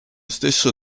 stesso